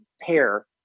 pair